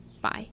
bye